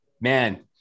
man